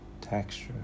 texture